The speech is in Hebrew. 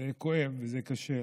זה כואב, זה קשה.